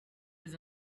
was